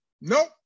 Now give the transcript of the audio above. Nope